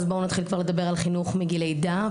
בואו נתחיל לדבר על חינוך מגיל לידה,